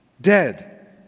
dead